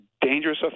dangerous